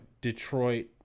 Detroit